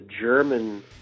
German